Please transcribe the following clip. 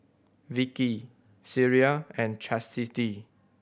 Vicky Sierra and Chasity